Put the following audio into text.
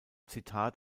zitat